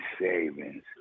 savings